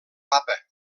papa